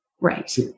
Right